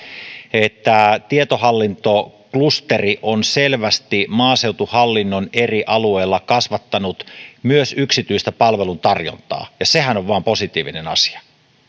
että tietohallintoklusteri on selvästi maaseutuhallinnon eri alueilla kasvattanut myös yksityistä palvelutarjontaa ja sehän on vain positiivinen asia